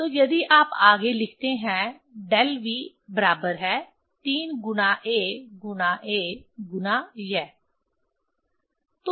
तो यदि आप आगे लिखते हैं डेल v बराबर है 3 गुना a गुना a गुना यह